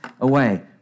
away